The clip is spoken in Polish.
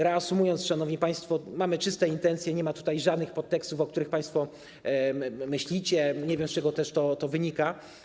Reasumując, szanowni państwo, powtarzam: mamy czyste intencje, nie ma tutaj żadnych podtekstów, o których państwo myślicie - nie wiem też, z czego to wynika.